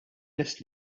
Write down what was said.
lest